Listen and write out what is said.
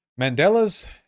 Mandela's